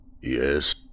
Yes